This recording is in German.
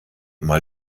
mal